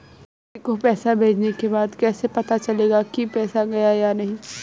किसी को पैसे भेजने के बाद कैसे पता चलेगा कि पैसे गए या नहीं?